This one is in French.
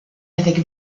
avec